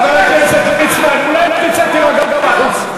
חבר הכנסת ליצמן, אולי תצא להירגע בחוץ?